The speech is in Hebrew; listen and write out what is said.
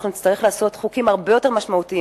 אנחנו נצטרך לעשות חוקים הרבה יותר משמעותיים,